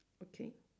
okay